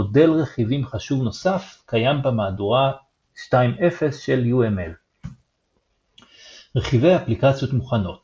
מודל רכיבים חשוב נוסף קיים במהדורה 2.0 של UML. רכיבי אפליקציות מוכנות